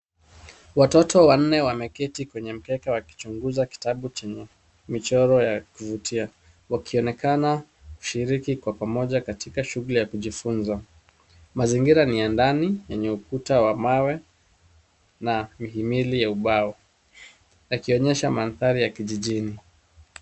Watoto wanne wameketi kwenye mkeka wakichunguza kitabu chenye michoro ya kuvutia, akionekana kushiriki kwa pamoja katika shughuli ya kujifunza. Mazingira ni ya ndani, yenye ukuta wa mawe, na mihimili ya ubao, yakionyesha mandhari ya kijijini.